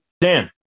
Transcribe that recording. Dan